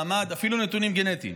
מעמד ואפילו נתונים גנטיים.